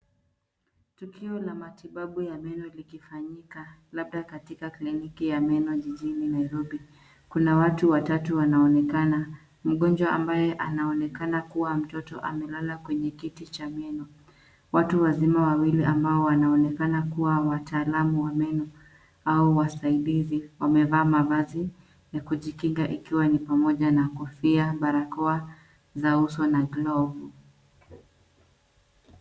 Tukio la matibabu ya meno likifanyika, labda katika kliniki ya meno jijini Nairobi. Kuna watu watatu wanaonekana. Mgonjwa ambaye anaonekana kuwa mtoto amelala kwenye kiti cha meno. Watu wazima wawili ambao wanaonekana kuwa wataalamu wa meno, au wasaidizi, wamevaa mavazi ya kujikinga ikiwa ni pamoja na kofia, barakoa za uso, na glavu.